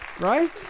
Right